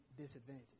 disadvantage